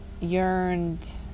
yearned